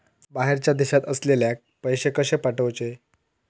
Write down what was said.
बाहेरच्या देशात असलेल्याक पैसे कसे पाठवचे?